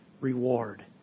reward